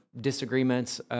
disagreements